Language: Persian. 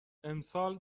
امسال